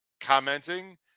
commenting